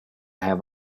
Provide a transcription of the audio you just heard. have